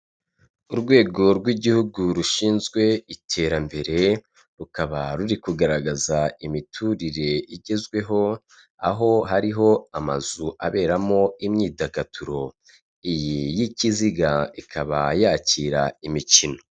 Ni muri gare hari haparitse imodoka za kwasiteri zikoreshwa na ajanse ya sitela.